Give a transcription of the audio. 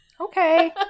Okay